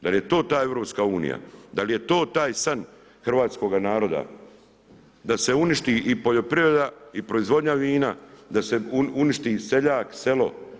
Da li je to ta EU, da li je to taj san hrvatskoga naroda da se uništi i poljoprivreda i proizvodnja vina, da se uništi seljak, selo?